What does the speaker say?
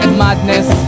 madness